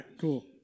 cool